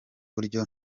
buryo